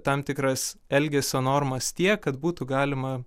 tam tikras elgesio normas tiek kad būtų galima